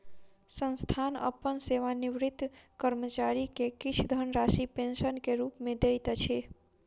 संस्थान अपन सेवानिवृत कर्मचारी के किछ धनराशि पेंशन के रूप में दैत अछि